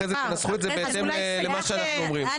אחרי זה תנסחו את זה בהתאם למה שאנחנו אומרים.